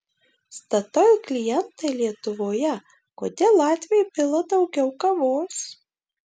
statoil klientai lietuvoje kodėl latviai pila daugiau kavos